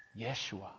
Yeshua